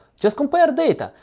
just compare data.